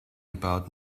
about